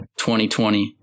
2020